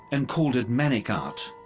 and called it manic art.